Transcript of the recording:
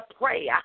prayer